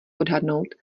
odhadnout